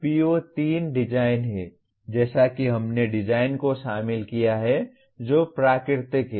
PO3 design है जैसा कि हमने डिजाइन को शामिल किया है जो प्राकृतिक है